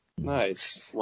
Nice